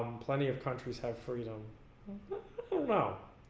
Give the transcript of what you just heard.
um plenty of countries have freedom so but